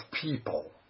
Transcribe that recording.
people